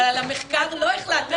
אבל על המחקר לא החלטנו.